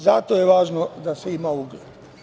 Zato je važno da se ima ugled.